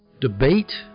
debate